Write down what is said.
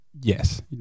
Yes